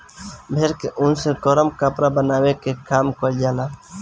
भेड़ के ऊन से गरम कपड़ा बनावे के काम कईल जाला